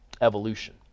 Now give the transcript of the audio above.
evolution